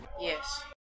Yes